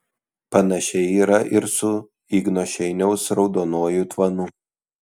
panašiai yra ir su igno šeiniaus raudonuoju tvanu